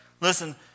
listen